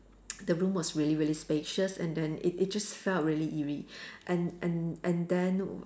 the room was really really spacious and then it it just felt really eerie and and and then